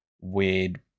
weird